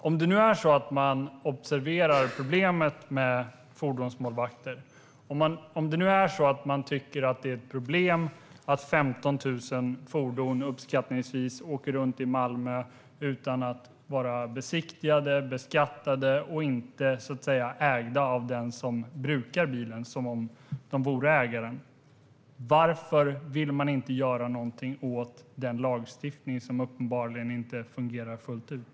Om man observerar problemet med fordonsmålvakter och tycker att det är ett problem att uppskattningsvis 15 000 fordon åker runt i Malmö utan att vara besiktigade och beskattade och utan att vara ägda av den som brukar bilen som om denne vore ägaren, varför vill man då inte göra något åt den lagstiftning som uppenbarligen inte fungerar fullt ut?